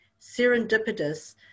serendipitous